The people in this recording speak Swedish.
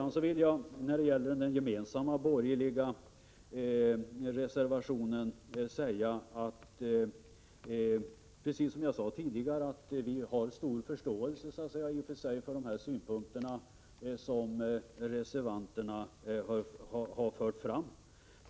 När det gäller den gemensamma borgerliga reservationen vill jag säga, precis som jag gjorde tidigare, att vi i och för sig har stor förståelse för de synpunkter som reservanterna framför.